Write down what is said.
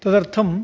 तदर्थम्